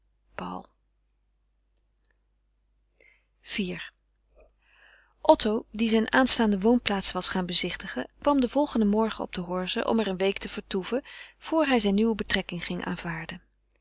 iv otto die zijn aanstaande woonplaats was gaan bezichtigen kwam den volgenden morgen op de horze om er een week te vertoeven voor hij zijn nieuwe betrekking ging aanvaarden